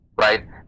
right